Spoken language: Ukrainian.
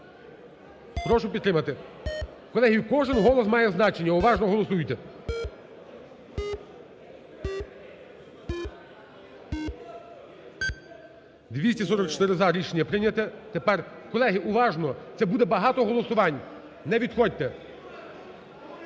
прошу підтримати. Колеги, кожен голос має значення, уважно голосуйте. 16:42:01 За-244 Рішення прийняте. Тепер, колеги, уважно, це буде багато голосувань, не відходьте.